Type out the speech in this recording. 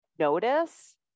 notice